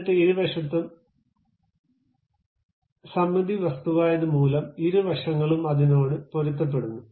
എന്നിട്ട് ഇരുവശത്തും സമമിതി വസ്തുവായത് മൂലം ഇരുവശങ്ങളും അതിനോട് പൊരുത്തപ്പെടുന്നു